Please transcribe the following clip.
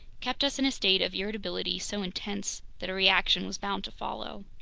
kept us in a state of irritability so intense that a reaction was bound to follow.